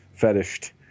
Fetished